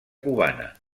cubana